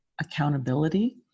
accountability